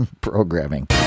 programming